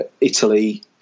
Italy